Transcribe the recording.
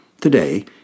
Today